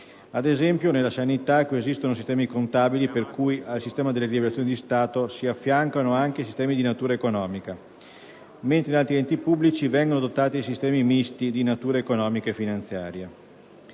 (ad esempio, nella sanità, coesistono sistemi contabili per cui al sistema delle rilevazioni di Stato si affiancano anche sistemi di natura economica; mentre in altri enti pubblici vengono adottati sistemi misti di natura economica e finanziaria).